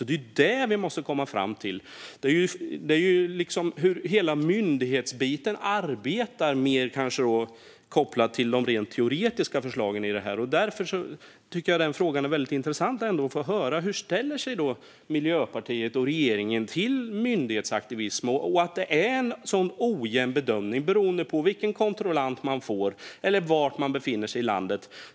Det som vi måste komma fram till är hur hela myndighetsbiten arbetar kopplat till de rent teoretiska förslagen i det här. Därför tycker jag ändå att det är intressant att höra hur Miljöpartiet och regeringen ställer sig till myndighetsaktivism och till att det är en sådan ojämn bedömning beroende på vilken kontrollant man får eller var i landet man befinner sig.